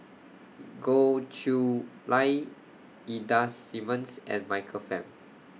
Goh Chiew Lye Ida Simmons and Michael Fam